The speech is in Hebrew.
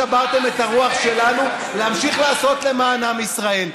לא ניצחתם ולא שברתם את הרוח שלנו להמשיך לעשות למען עם ישראל.